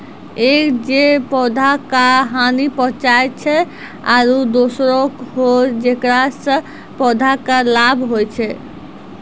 एक जे पौधा का हानि पहुँचाय छै आरो दोसरो हौ जेकरा सॅ पौधा कॅ लाभ होय छै